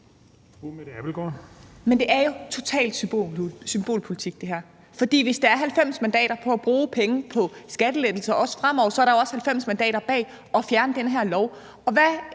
her er jo total symbolpolitik, for hvis der er 90 mandater bag også fremover at bruge penge på skattelettelser, er der jo også 90 mandater bag at fjerne den her lov.